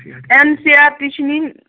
N C R T چھِ نِنۍ